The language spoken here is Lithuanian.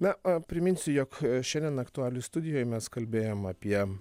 na a priminsiu jog šiandien aktualijų studijoj mes kalbėjom apie